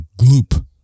gloop